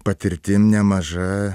patirtim nemaža